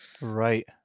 Right